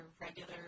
regular